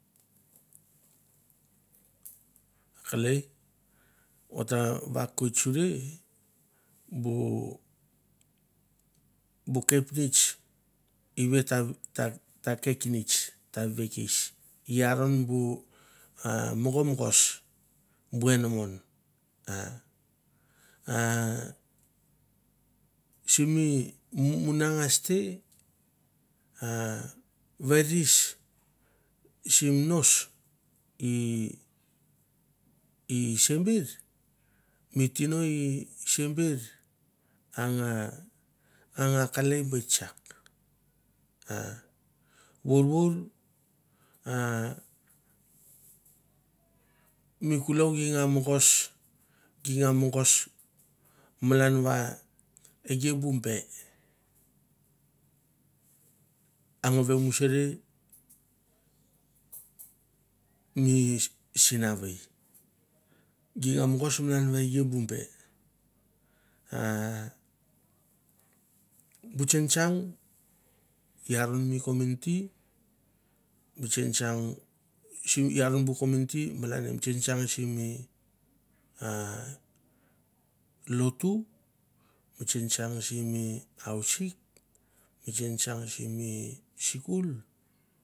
Akalei va kutsure bu bu kepnits iwe ta keknits ta vengis iaron bu mongomongos buanaman a simi munanges te a vegis sumros i i simber mi tiro simber angakei be tsak a vorvor a mi kalang ginga mongos ginga mongos malan wa ekem bu be angwei murare mi sinawei ginga mongos gi gna mongos malan ye bu be a bu tsingtsang iaron mi community bu tsingtsang iron mi community malan simi a lotu bu tsingtsang simi hausik tsingtsang simi sikul